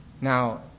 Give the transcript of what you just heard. Now